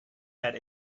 had